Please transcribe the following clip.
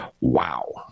Wow